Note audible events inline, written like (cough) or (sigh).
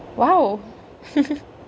!wow! (laughs)